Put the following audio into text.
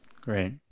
Great